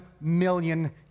million